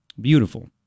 Beautiful